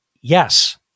Yes